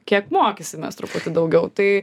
kiek mokysimės truputį daugiau tai